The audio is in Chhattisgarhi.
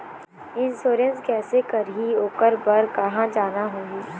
इंश्योरेंस कैसे करही, ओकर बर कहा जाना होही?